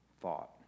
thought